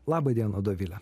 laba diena dovile